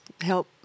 help